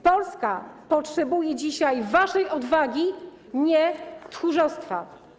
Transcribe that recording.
Polska potrzebuje dzisiaj waszej odwagi, nie tchórzostwa.